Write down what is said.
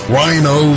Rhino